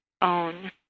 own